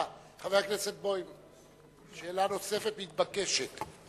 חבר הכנסת בוים, בבקשה, שאלה נוספת מתבקשת.